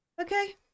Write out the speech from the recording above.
okay